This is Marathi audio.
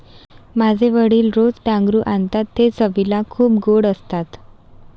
माझे वडील रोज डांगरू आणतात ते चवीला खूप गोड असतात